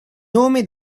nome